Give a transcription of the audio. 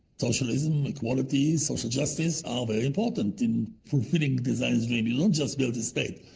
socialism, equality, social justice are very important in fulfilling the zionist dream. you don't just build a state.